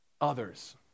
others